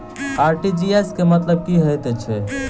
RTGS केँ मतलब की हएत छै?